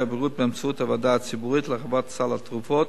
הבריאות באמצעות הוועדה הציבורית להרחבת סל התרופות,